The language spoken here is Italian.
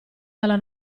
dalla